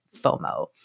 FOMO